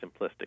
simplistic